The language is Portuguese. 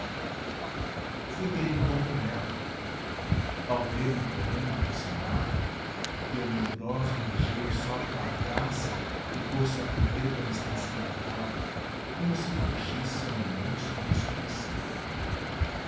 fui ter então com ela ao ver-me porém aproximar deu medrosa um ligeiro salto para trás e pôs-se a correr pela extensão da praia como se fugisse a um monstro desconhecido